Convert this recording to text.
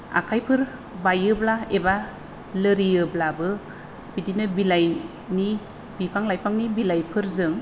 आखायफोर बायोब्ला एबा लोरियोब्लाबो बिदिनो बिलाइनि बिफां लाइफांनि बिलाइफोरजों